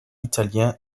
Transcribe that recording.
italien